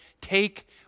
take